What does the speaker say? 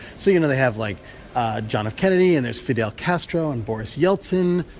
so you know, they have like john f. kennedy, and there's fidel castro and boris yeltsin.